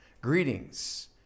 Greetings